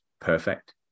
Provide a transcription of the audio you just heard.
perfect